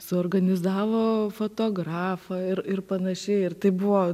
suorganizavo fotografą ir ir panašiai ir tai buvo